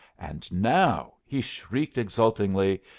and now, he shrieked exultingly,